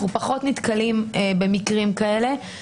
אנחנו פחות נתקלים במקרים כאלה.